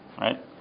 right